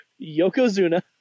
Yokozuna